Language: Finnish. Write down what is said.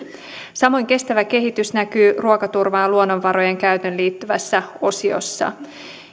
samoin kestävä kehitys näkyy ruokaturvaan ja luonnonvarojen käyttöön liittyvässä osiossa